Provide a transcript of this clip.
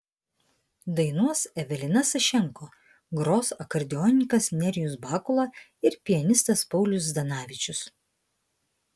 dainuos evelina sašenko gros akordeonininkas nerijus bakula ir pianistas paulius zdanavičius